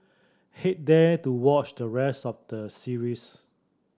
head there to watch the rest of the series